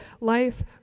life